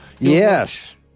yes